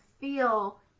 feel